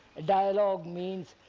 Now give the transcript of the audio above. a dialogue means